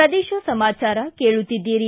ಪ್ರದೇಶ ಸಮಾಚಾರ ಕೇಳುತ್ತಿದ್ದಿರಿ